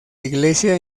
iglesia